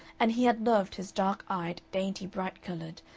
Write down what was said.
and he had loved his dark-eyed, dainty bright-colored,